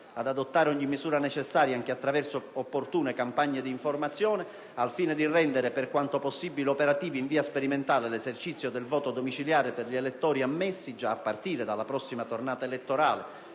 ad adottare ogni misura necessaria, anche attraverso opportune campagne di informazione, al fine di rendere per quanto possibile operativo, in via sperimentale, l'esercizio del voto domiciliare per gli elettori ammessi, già a partire dalla prossima tornata elettorale